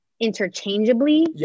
interchangeably